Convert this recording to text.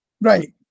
Right